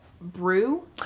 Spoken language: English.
Brew